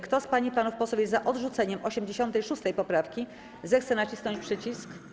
Kto z pań i panów posłów jest za odrzuceniem 86. poprawki, zechce nacisnąć przycisk.